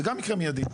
זה גם יקרה מיידית.